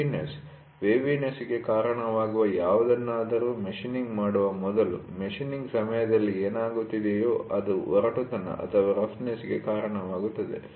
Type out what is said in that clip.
waviness ವೇವಿನೆಸ್'ಗೆ ಕಾರಣವಾಗುವ ಯಾವುದನ್ನಾದರೂ ಮಷೀನ್ನಿಂಗ್ ಮಾಡುವ ಮೊದಲು ಮಷೀನ್ನಿಂಗ್ ಸಮಯದಲ್ಲಿ ಏನಾಗುತ್ತದೆಯೋ ಅದು ಒರಟುತನರಫ್ನೆಸ್'ಗೆ ಕಾರಣವಾಗುತ್ತದೆ